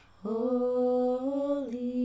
holy